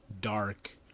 dark